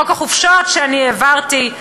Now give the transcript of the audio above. חוק החופשות שאני העברתי.